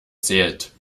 zählt